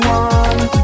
one